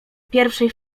pierwszej